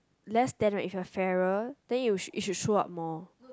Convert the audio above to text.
less than right if you are fairer then you it should show up more